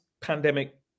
pandemic